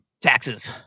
Taxes